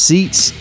Seats